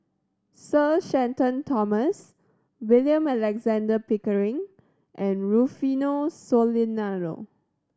Sir Shenton Thomas William Alexander Pickering and Rufino Soliano